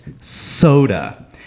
soda